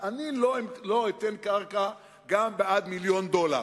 אני לא אתן קרקע גם בעד מיליון דולר,